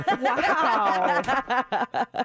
Wow